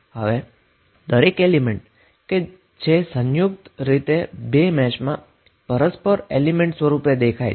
હવે દરેક એલીમેન્ટ કે જે સંયુક્ત રીતે બે મેશમાં મ્યુચલ એલીમેન્ટ સ્વરૂપે દેખાય છે